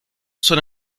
son